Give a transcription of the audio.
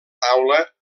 taula